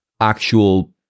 actual